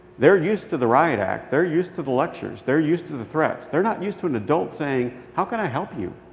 they're used to the riot act. they're used to the lectures. they're used to the threats. they're not used to an adult saying, how can i help you?